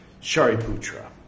Shariputra